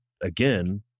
again